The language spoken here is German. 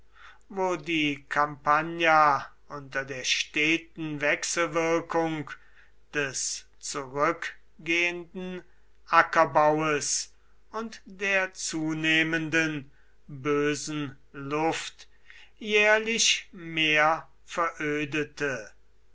wo die campagna unter der steten wechselwirkung des zurückgehenden ackerbaues und der zunehmenden bösen luft jährlich mehr verödete